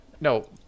No